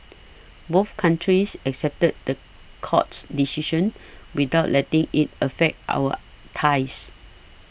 both countries accepted the court's decision without letting it affect our ties